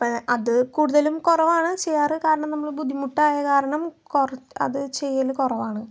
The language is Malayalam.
അപ്പം അത് കൂടുതലും കുറവാണ് ചെയ്യാറ് കാരണം നമ്മള് ബുദ്ധിമുട്ടായ കാരണം കുറ അത് ചെയ്യല് കുറവാണ്